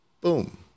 Boom